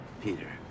Peter